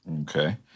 Okay